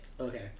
Okay